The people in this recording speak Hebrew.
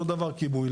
אותו דבר כיבוי.